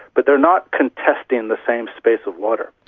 but they're not contesting in the same space of water.